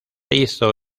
hizo